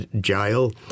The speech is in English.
Jail